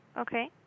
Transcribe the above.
okay